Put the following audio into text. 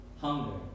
Hunger